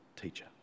teacher